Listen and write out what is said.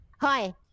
hi